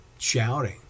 shouting